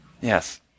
Yes